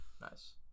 Nice